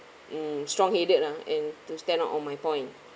mm strong headed lah and to stand up on my point